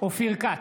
אופיר כץ,